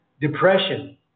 depression